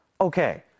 Okay